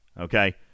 okay